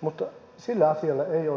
mutta sille asialle ei oikein tässä tilanteessa pysty tekemään mitään